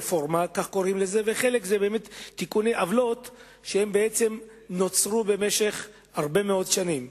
הם רפורמה וחלקם באמת תיקוני עוולות שנוצרו במשך הרבה מאוד שנים.